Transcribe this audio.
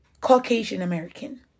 Caucasian-American